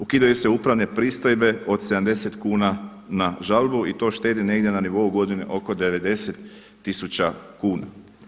Ukidaju se upravne pristojbe od 70 kuna na žalbu i to štedi negdje na nivou godine oko 90 tisuća kuna.